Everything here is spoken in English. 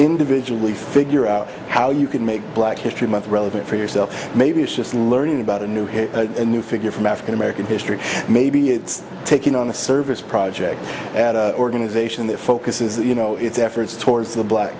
individually figure out how you can make black history month relevant for yourself maybe it's just learning about a new hip new figure from african american history maybe it's taking on a service project at a organization that focuses you know its efforts towards the black